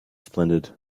splendid